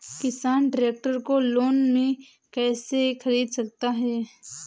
किसान ट्रैक्टर को लोन में कैसे ख़रीद सकता है?